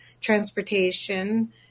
transportation